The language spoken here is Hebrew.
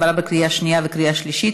עברה בקריאה שנייה ובקריאה השלישית,